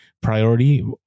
priority